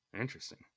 Interesting